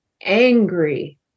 angry